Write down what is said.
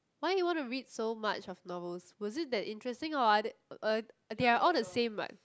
why you want to read so much of novels was it that interesting or what uh they all the same right